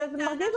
זה מרגיז אותי.